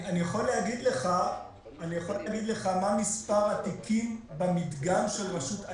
אני יכול להגיד לך מה מספר התיקים במדגם של הרשות?